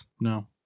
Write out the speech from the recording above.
No